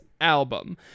album